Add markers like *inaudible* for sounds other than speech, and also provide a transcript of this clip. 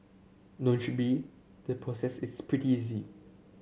*unintelligible* be the process is pretty easy